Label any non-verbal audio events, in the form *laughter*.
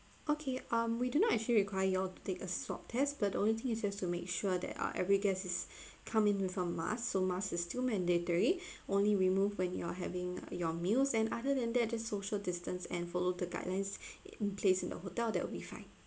okay um we do not actually require you all to take a swab test but only thing is just to make sure that uh every guest is *breath* come in with a mask so mask is still mandatory *breath* only remove when you're having your meals and other than that just social distance and follow the guidelines *breath* in place in the hotel that will be fine